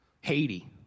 Haiti